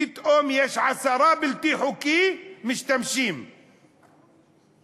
פתאום יש עשרה בלתי חוקיים שמשתמשים בהם,